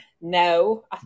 No